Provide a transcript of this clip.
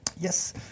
Yes